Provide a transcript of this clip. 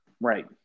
Right